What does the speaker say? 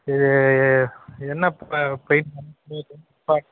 இது எ என்ன பெயிண்ட் பேர்